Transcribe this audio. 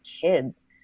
kids